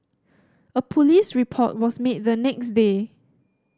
a police report was made the next day